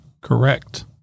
Correct